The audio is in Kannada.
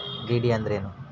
ಡಿ.ಡಿ ಅಂದ್ರೇನು?